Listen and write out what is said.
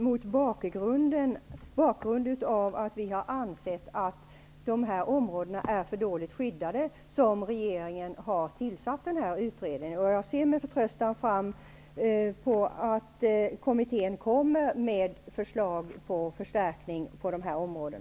Mot bakgrund av att vi har ansett att dessa områden är för dåligt skyddade har regeringen tillsatt en utredning. Jag ser med förtröstan fram emot kommitténs förslag om förstärkning på dessa områden.